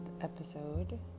episode